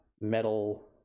metal